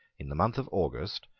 in the month of august,